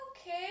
okay